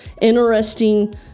interesting